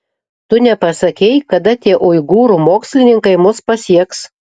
tu nepasakei kada tie uigūrų mokslininkai mus pasieks